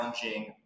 challenging